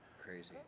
Crazy